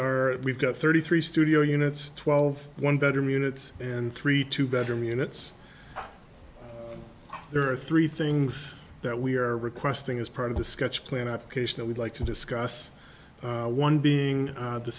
are we've got thirty three studio units twelve one bedroom units and three two bedroom units there are three things that we are requesting as part of the sketch plan at case that we'd like to discuss one being